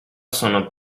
sono